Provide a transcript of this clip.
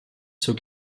zur